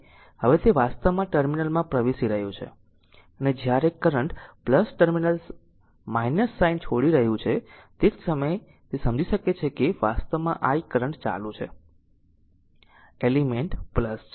હવે તે વાસ્તવમાં ટર્મિનલમાં પ્રવેશી રહ્યું છે અને જ્યારે કરંટ ટર્મિનલ સાઇન છોડી રહ્યું છે તે જ સમયે તે સમજી શકે છે કે વાસ્તવમાં i કરંટ ચાલુ છે એલિમેન્ટ છે